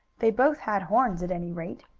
they both had horns, at any rate.